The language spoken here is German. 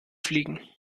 fliegen